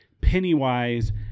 Pennywise